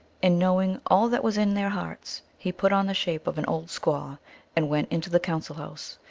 and knowing all that was in their hearts, he put on the shape of an old squaw and went into the council house.